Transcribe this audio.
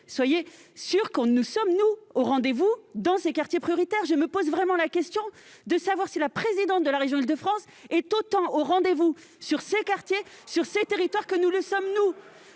soyez sûre que nous sommes, nous, au rendez-vous dans ces quartiers prioritaires. Je me demande si la présidente de la région Île-de-France est autant au rendez-vous dans ces quartiers et ces territoires que, nous, nous